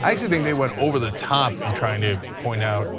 i actually think they went over the top and trying to point out